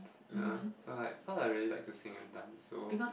ya so like cause I really like to sing and dance so